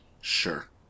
Sure